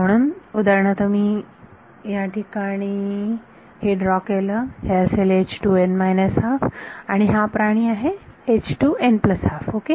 म्हणून उदाहरणार्थ मी या ठिकाणी हे ड्रॉ केल हे असेल आणि हा प्राणी असेल ओके